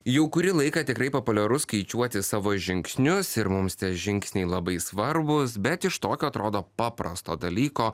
jau kurį laiką tikrai populiaru skaičiuoti savo žingsnius ir mums tie žingsniai labai svarbūs bet iš tokio atrodo paprasto dalyko